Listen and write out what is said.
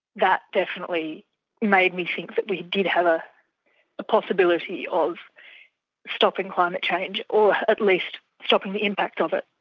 that definitely made me think that we did have a possibility of stopping climate change or at least stopping the impact of it.